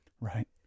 Right